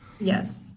Yes